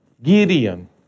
Gideon